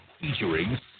featuring